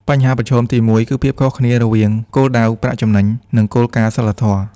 បញ្ហាប្រឈមទីមួយគឺ ភាពខុសគ្នារវាងគោលដៅប្រាក់ចំណេញ និងគោលការណ៍សីលធម៌។